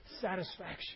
satisfaction